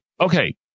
okay